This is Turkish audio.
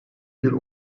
bir